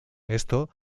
esto